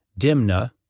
Dimna